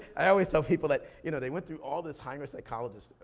i always tell people that, you know, they went through all this high-risk psychology stuff,